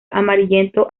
amarillento